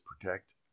protect